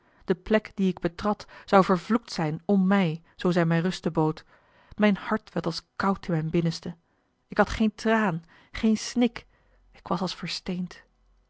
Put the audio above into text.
de plek die ik betrad zou vervloekt zijn om mij zoo zij mij ruste bood mijn hart werd als koud in mijn binnenste ik had geen traan geen snik ik was als versteend